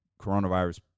coronavirus